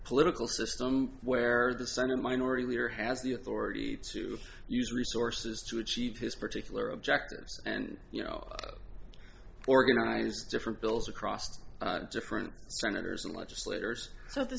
political system where the senate minority leader has the authority to use resources to achieve his particular objectives and you know organize different bills across to different senators and legislators